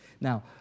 Now